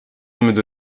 monde